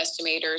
estimators